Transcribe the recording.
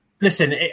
listen